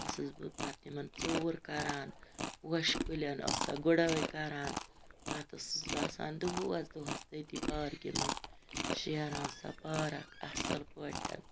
ٲسٕس بہٕ پَتہٕ تِمَن ژوٗر کَران پوشہِ کُلٮ۪ن ٲسَکھ گُڑٲے کَران پَتہٕ ٲسٕس بہٕ آسان دوہَس دوہَس تٔتی پارکہِ منٛز شیران سۄ پارک اَصٕل پٲٹھۍ